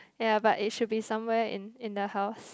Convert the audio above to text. ya but it should be somewhere in in the house